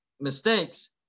mistakes